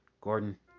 Gordon